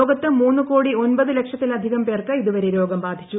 ലോകത്ത് മൂന്ന് കോടി ഒൻപത് ലക്ഷത്തിലധികം പേർക്ക് ഇത് വരെ രോഗം ബാധിച്ചു